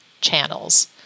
channels